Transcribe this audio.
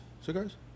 cigars